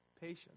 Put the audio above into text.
Patience